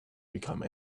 become